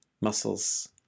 muscles